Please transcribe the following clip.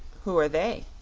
who are they?